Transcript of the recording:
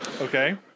Okay